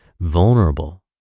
vulnerable